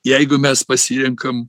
jeigu mes pasirenkam